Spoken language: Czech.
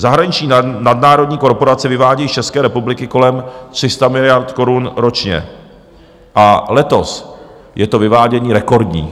Zahraniční nadnárodní korporace vyvádějí z České republiky kolem 300 miliard korun ročně a letos je to vyvádění rekordní.